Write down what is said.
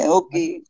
okay